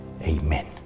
Amen